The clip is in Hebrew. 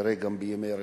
כנראה גם בימי רביעי.